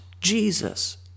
Jesus